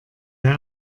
der